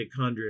mitochondria